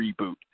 reboot